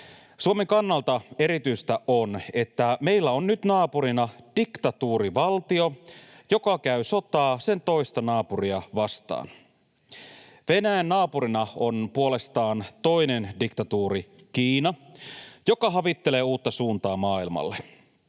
Suomen kannalta erityistä on, että meillä on nyt naapurina diktatuurivaltio, joka käy sotaa sen toista naapuria vastaan. Venäjän naapurina on puolestaan toinen diktatuuri Kiina, joka havittelee uutta suuntaa maailmalle.